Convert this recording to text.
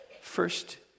First